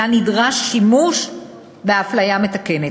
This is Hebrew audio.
שלה נדרש שימוש באפליה מתקנת.